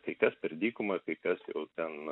kai kas per dykumą kai kas jau ten